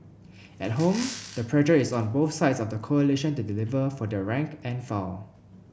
at home the pressure is on both sides of the coalition to deliver for their rank and file